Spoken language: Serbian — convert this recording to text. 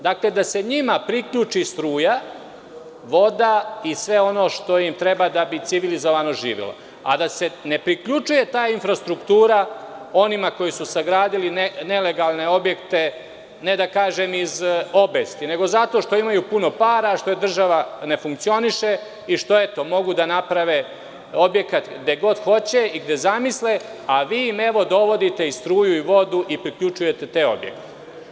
Dakle, da se njima priključi struja, voda i sve ono što im treba da bi civilizovano živeli, a da se ne priključuje ta infrastruktura onima koji su sagradili nelegalne objekte, ne da kažem iz obesti, nego zato što imaju puno para, zato što država ne funkcioniše i što mogu da naprave objekat gde god hoće i gde zamisle, a vi im dovodite i struju i vodu i priključujete te objekte.